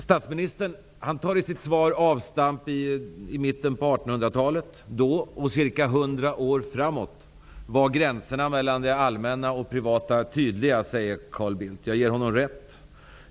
Statsministern tar i sitt svar avstamp i mitten på 1800-talet. Då och ca 100 år framåt var gränserna mellan det allmänna och det privata tydliga, säger Carl Bildt. Jag ger honom rätt.